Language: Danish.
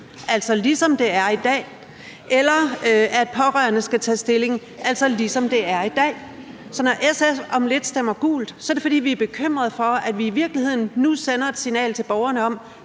altså ligesom det er i dag, eller at pårørende skal tage stilling, altså ligesom det er i dag. Så når SF om lidt stemmer gult, er det, fordi vi er bekymret for, at vi i virkeligheden nu sender et signal til borgerne om,